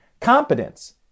Competence